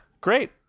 great